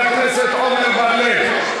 חבר הכנסת עמר בר-לב.